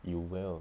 you will